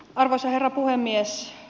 arvoisa herra puhemies